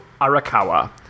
Arakawa